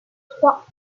trois